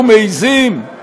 היו מעזים?